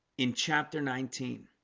in chapter nineteen